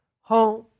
home